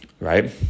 right